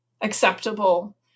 acceptable